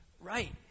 Right